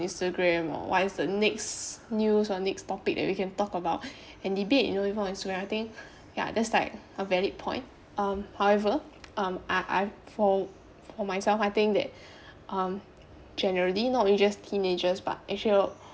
instagram or what is the next news or next topic that we can talk about and debate you know if I think ya that's like a valid point um however um I I for for myself I think that um generally not only just teenagers but actually a